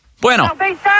Bueno